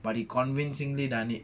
but he convincingly done it